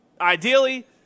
Ideally